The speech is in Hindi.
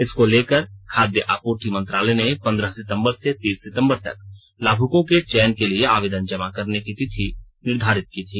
इसको लेकर खाद्य आपूर्ति मंत्रालय ने पंद्रह सितंबर से तीस सितंबर तक लाभुकों के चयन के लिए आवेदन जमा करने की तिथि निर्धारित की थी